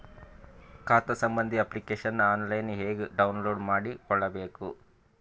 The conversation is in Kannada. ಖಾತಾ ಸಂಬಂಧಿ ಅಪ್ಲಿಕೇಶನ್ ಆನ್ಲೈನ್ ಹೆಂಗ್ ಡೌನ್ಲೋಡ್ ಮಾಡಿಕೊಳ್ಳಬೇಕು?